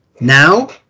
Now